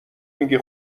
میگی